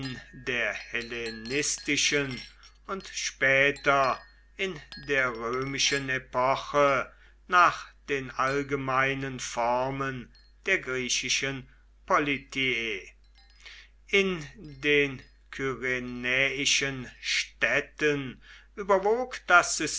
der hellenistischen und später in der römischen epoche nach den allgemeinen formen der griechischen politie in den kyrenäischen städten überwog das